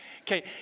Okay